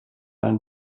ein